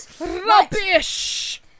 Rubbish